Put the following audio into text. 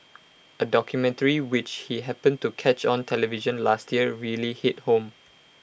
A documentary which he happened to catch on television last year really hit home